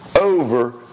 over